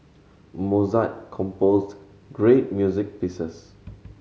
Mozart composed great music pieces